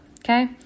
okay